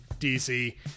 DC